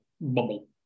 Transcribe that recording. bubble